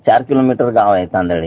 चार किलोमीटरवर गाव आहे तांदळी